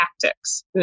tactics